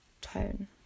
tone